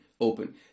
open